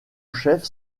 chef